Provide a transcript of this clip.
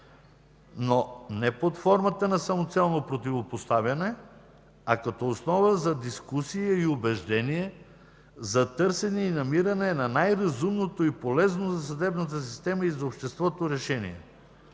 но не под формата на самоцелно противопоставяне, а като основа за дискусия и убеждение за търсене и намиране на най-разумното и полезно за съдебната система и за обществото решение.